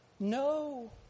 No